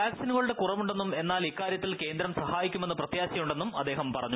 വാക്സിനുകളുടെ കുറവുണ്ടെന്നും എന്നാൽ ഇക്കാര്യത്തിൽ കേന്ദ്രം സഹായിക്കുമെന്ന് പ്രത്യാശയുണ്ടെന്നും അദ്ദേഹം പറഞ്ഞു